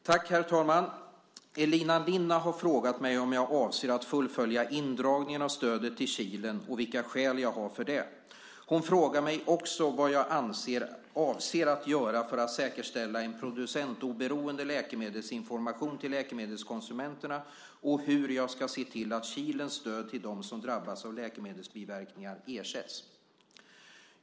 Herr talman! Elina Linna har frågat mig om jag avser att fullfölja indragningen av stödet till Kilen och vilka skäl jag har för det. Hon frågar också vad jag avser att göra för att säkerställa en producentoberoende läkemedelsinformation till läkemedelskonsumenterna och hur jag ska se till att Kilens stöd till dem som drabbats av läkemedelsbiverkningar ersätts.